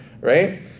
right